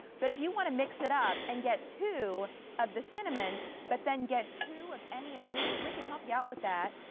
but if you want to mix it up, and get two of the cinnamon but get two of any of these, we can help you out with that.